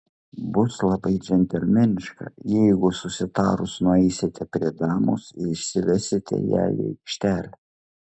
bus labai džentelmeniška jeigu susitarus nueisite prie damos ir išsivesite ją į aikštelę